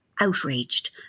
outraged